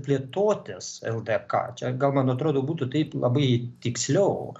plėtotės ldk čia gal man atrodo būtų taip labai tiksliau